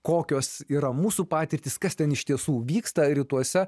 kokios yra mūsų patirtys kas ten iš tiesų vyksta rytuose